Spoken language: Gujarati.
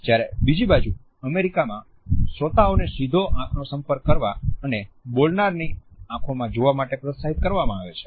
જ્યારે બીજી બાજુ અમેરિકામાં શ્રોતાઓને સીધો આંખનો સંપર્ક કરવા અને બોલનારની આંખોમાં જોવા માટે પ્રોત્સાહિત કરવામાં આવે છે